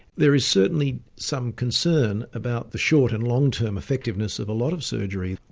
there is certainly some concern about the short and long term effectiveness of a lot of surgery.